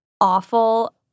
awful